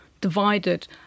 divided